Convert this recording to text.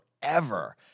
forever